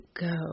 go